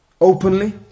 openly